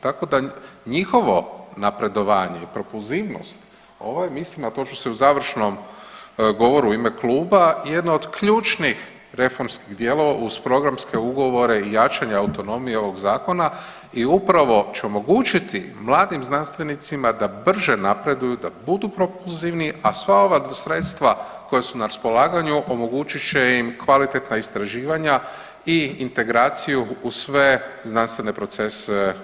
Tako da njihovo napredovanje i propulzivnost, ovo je, mislim, na to ću se u završnom govoru u ime kluba, jedno od ključnih reformskih dijelova uz programske ugovore i jačanje autonomije ovog Zakona i upravo će omogućiti mladim znanstvenicima da brže napreduju, da budu propulzivniji, a sva ova sredstva koja su na raspolaganju omogućit će im kvalitetna istraživanja i integraciju u sve znanstvene procese unutar unije.